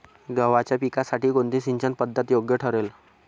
गव्हाच्या पिकासाठी कोणती सिंचन पद्धत योग्य ठरेल?